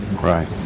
Right